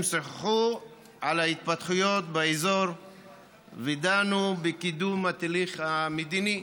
הם שוחחו על ההתפתחויות באזור ודנו בקידום התהליך המדיני.